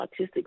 autistic